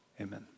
Amen